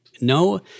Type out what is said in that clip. no